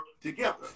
together